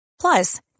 Plus